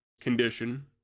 condition